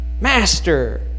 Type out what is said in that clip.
master